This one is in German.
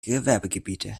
gewerbebetriebe